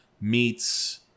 meats